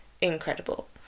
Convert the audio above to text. incredible